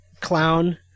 clown